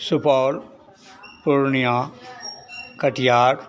Supaul Purnia Katiyar